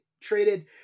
traded